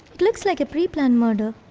it looks like a pre-planned murder.